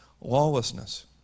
lawlessness